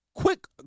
Quick